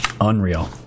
Unreal